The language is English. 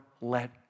let